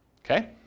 Okay